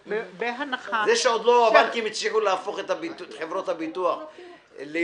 --- זה שהבנקים עוד לא הצליחו להפוך את חברות הביטוח להיות